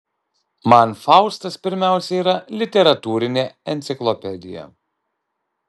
man faustas pirmiausia yra literatūrinė enciklopedija